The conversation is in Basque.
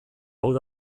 uda